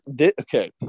okay